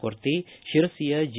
ಕೊರ್ತಿ ಶಿರಸಿಯ ಜಿ